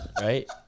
right